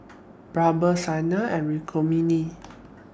Birbal Sanal and Rukmini